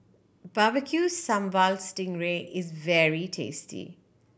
Barbecue Sambal sting ray is very tasty